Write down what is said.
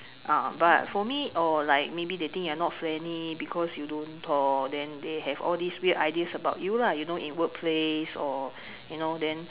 ah but for me or like maybe they think you not friendly because you don't talk then they have all this weird ideas about you lah you know in work place or you know then